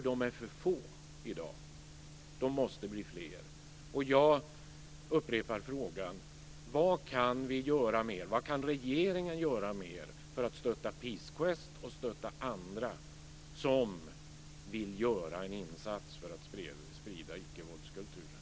De är för få i dag; de måste bli fler. Jag upprepar frågan: Vad kan vi och regeringen göra mer för att stötta Peace Quest och andra som vill göra en insats för att sprida icke-våldskulturen?